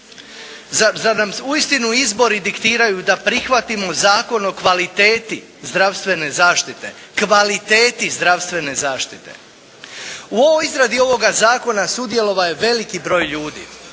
Zar nam uistinu izbori diktiraju da prihvatimo Zakon o kvaliteti zdravstvene zaštite. U izradi ovoga Zakona sudjelovao je veliki broj ljudi,